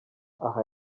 aha